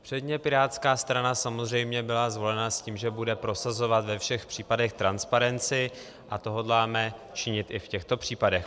Předně pirátská strana samozřejmě byla zvolena s tím, že bude prosazovat ve všech případech transparenci, a to hodláme činit i v těchto případech.